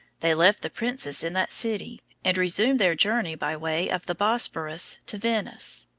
they left the princess in that city, and resumed their journey by way of the bosporus to venice.